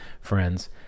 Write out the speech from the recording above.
friends